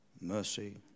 mercy